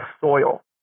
soil